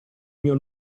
mio